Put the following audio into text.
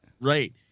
Right